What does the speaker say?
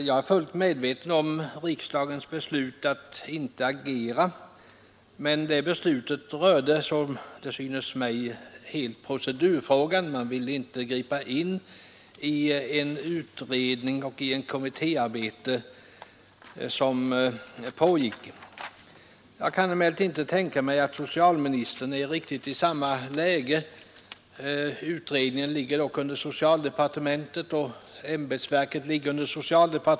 Jag är fullt medveten om riksdagens beslut att inte agera, men det beslutet rörde, som det synes mig, helt procedurfrågan — man ville inte gripa in i en utredning och i ett kommittéarbete som pågick. Jag kan emellertid inte tänka mig att socialministern är riktigt i samma läge. Utredningen ligger dock under socialdepartementet, och ämbetsverket likaså.